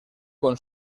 con